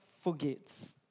forgets